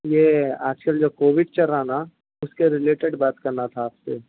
یہ آج کل جو کووڈ چل رہا نا اس کے ریلیٹڈ بات کرنا تھا آپ سے